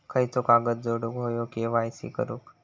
खयचो कागद जोडुक होयो के.वाय.सी करूक?